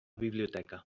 biblioteca